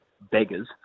beggars